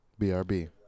BRB